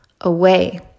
away